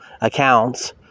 accounts